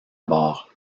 bord